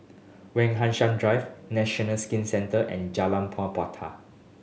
Wak Hassan Drive National Skin Centre and Jalan Po Puteh